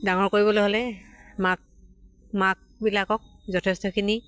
ডাঙৰ কৰিবলৈ হ'লে মাক মাকবিলাকক যথেষ্টখিনি